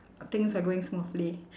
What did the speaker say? things are going smoothly